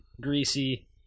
Greasy